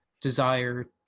desire